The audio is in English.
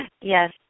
Yes